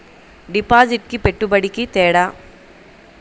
డిపాజిట్కి పెట్టుబడికి తేడా?